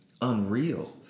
unreal